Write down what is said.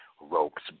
Ropes